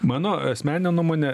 mano asmenine nuomone